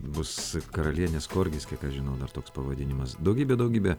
bus karalienės korgis kiek aš žinau dar toks pavadinimas daugybė daugybė